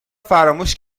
فراموش